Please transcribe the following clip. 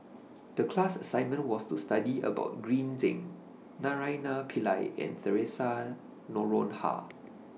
The class assignment was to study about Green Zeng Naraina Pillai and Theresa Noronha